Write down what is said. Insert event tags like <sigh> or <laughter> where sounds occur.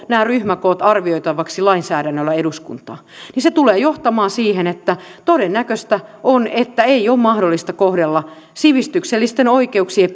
<unintelligible> nämä ryhmäkoot arvioitavaksi lainsäädännöllä eduskuntaan niin se tulee johtamaan siihen että todennäköistä on että ei ole mahdollista kohdella sivistyksellisten oikeuksien <unintelligible>